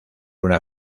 una